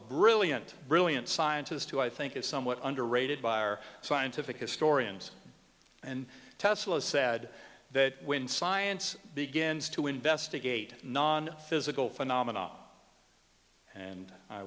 brilliant brilliant scientist who i think is somewhat under rated by our scientific historians and tesla said that when science begins to investigate non physical phenomena and i